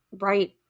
right